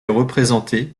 représenté